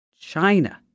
China